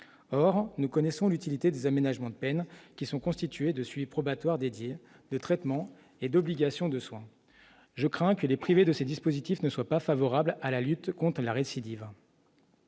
or nous connaissons l'utilité des aménagements de peines qui sont constitués de suie probatoire dédié de traitement et d'obligation de soins, je crains que les priver de ces dispositifs ne soient pas favorables à la lutte contre la récidive.